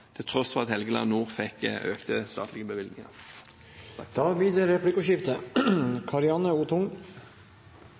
til tross for at Helgeland nord fikk økte statlige bevilgninger. Det blir replikkordskifte.